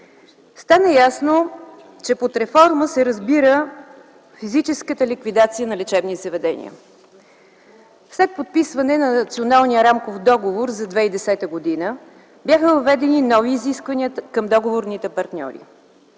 Стана ясно, че под реформа се разбира физическата ликвидация на лечебни заведения. След подписване на Националния рамков договор за 2010 г. бяха въведени нови изисквания към договорните партньори.